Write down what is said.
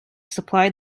supply